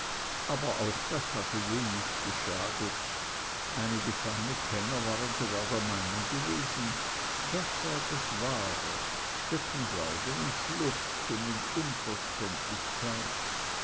aber auch das hatte wenig geschadet einige feine kenner waren sogar der meinung gewesen das sei das wahre steckenbleiben und schluchzen und unverständlichkeit